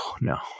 no